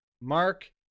Mark